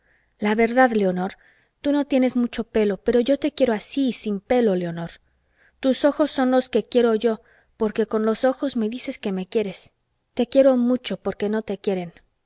la verdad leonor tú no tienes mucho pelo pero yo te quiero así sin pelo leonor tus ojos son los que quiero yo porque con los ojos me dices que me quieres te quiero mucho porque no te quieren